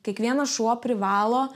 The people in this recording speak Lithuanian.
kiekvienas šuo privalo